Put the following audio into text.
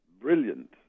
brilliant